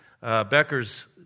Becker's